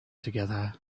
together